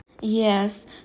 Yes